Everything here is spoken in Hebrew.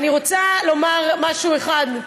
אני רוצה לומר משהו אחד,